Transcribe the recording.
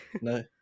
No